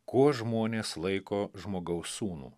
kuo žmonės laiko žmogaus sūnų